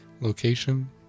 location